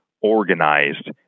organized